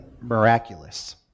miraculous